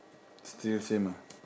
still same ah